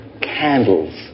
candles